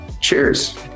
cheers